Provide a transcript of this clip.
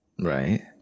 Right